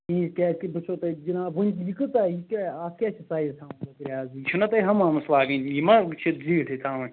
کِہیٖنۍ کیازِ کہِ بہٕ چھُسو تۄہہِ جناب وُنہِ یہِ کٕژاہ یہِ کیاہ اَتھ کیاہ چھُ سایز تھاوُن لٔکرِ حظ یہِ چھُنہِ تۄہہ حمامس لاگٕنی یہِ ما چھِ زیٹھٕے تھاوٕنۍ